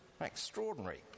Extraordinary